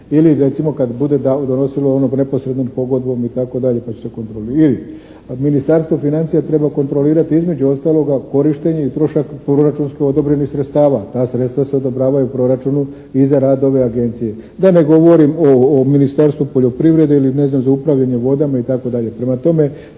Ili recimo kad bude donosilo ono neposrednom pogodbom itd. pa će se kontrolirati. Ili Ministarstvo financija treba kontrolirati između ostaloga korištenje i trošak proračunom odobrenih sredstava. Ta sredstva se odobravaju u proračunu i za radove agencije. Da ne govorim o Ministarstvu poljoprivrede ili ne znam za upravljanje vodama itd.